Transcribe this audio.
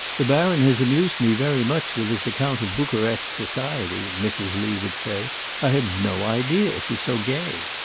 the baron has amused me very much with his account of bucharest society, mrs. lee would say i had no idea it was so gay.